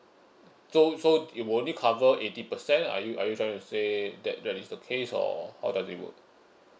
so so it'll only cover eighty per cent are you are you trying to say that that is the case or how does it work